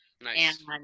Nice